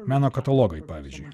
meno katalogai pavyzdžiui